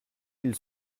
ils